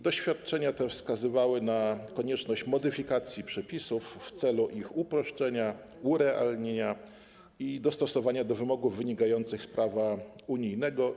Doświadczenia te wskazywały na konieczność modyfikacji przepisów w celu ich uproszczenia, urealnienia i dostosowania do wymogów wynikających z prawa unijnego.